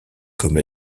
comme